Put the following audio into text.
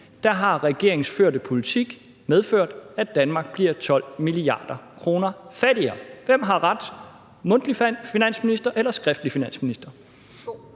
har regeringens førte politik medført, at Danmark bliver 12 mia. kr. fattigere? Hvem har ret – mundtlig finansminister eller skriftlig finansminister?